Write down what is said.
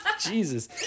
Jesus